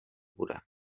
bude